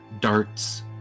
darts